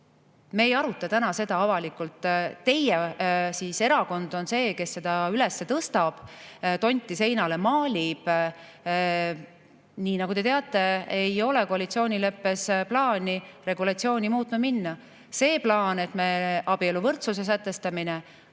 Me ei aruta täna seda avalikult. Teie erakond on see, kes seda [teemat] üles tõstab ja tonti seinale maalib. Nii nagu te teate, ei ole koalitsioonileppes plaani regulatsiooni muutma minna. See plaan, et me abieluvõrdsuse sätestame,